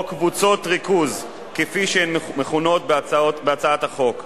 או קבוצות ריכוז, כפי שהן מכונות בהצעת החוק.